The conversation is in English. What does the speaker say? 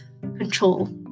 control